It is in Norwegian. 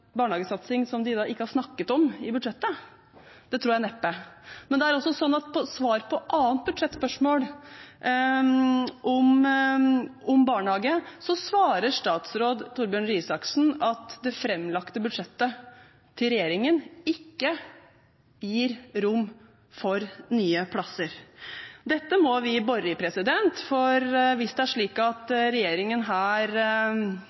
barnehagesatsing som de ikke har snakket om, i budsjettet. Det tror jeg neppe. Men det er også sånn at på et annet budsjettspørsmål om barnehage svarer statsråd Torbjørn Røe Isaksen at det framlagte budsjettet til regjeringen ikke gir rom for nye plasser. Dette må vi bore i. Hvis regjeringen vedtar noe de ikke har økonomisk dekning for, men viser til rammen og kommunene, blir det slik